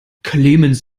clemens